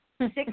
six